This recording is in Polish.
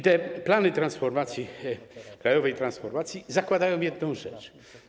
Te plany transformacji, krajowej transformacji, zakładają jedną rzecz.